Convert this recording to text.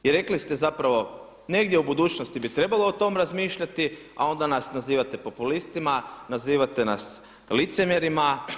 I rekli ste zapravo negdje u budućnosti bi trebalo o tom razmišljati, a onda nas nazivate populistima, nazivate nas licemjerima.